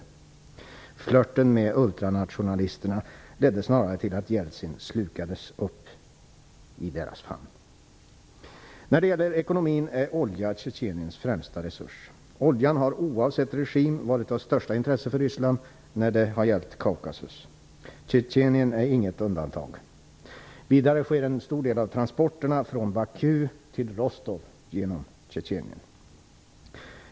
Jeltsins flört med ultranationalisterna ledde snarare till att han slukades i deras famn. När det gäller ekonomi är olja Tjetjeniens främsta resurs. Oljan har oavsett regim varit av största intresse för Ryssland när det har gällt Kaukasus. Tjetjenien är inget undantag. Vidare sker en stor del av transporterna från Baku till Rostov genom Tjetjenien.